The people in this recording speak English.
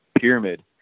pyramid